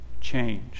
change